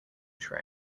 train